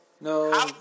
No